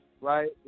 right